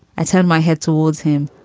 i turned my head towards him,